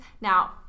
Now